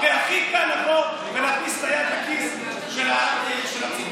הכי קל לבוא ולהכניס את היד לכיס של הציבור.